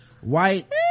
White